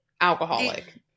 alcoholic